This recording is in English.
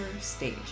stage